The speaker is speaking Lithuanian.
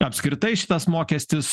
apskritai šitas mokestis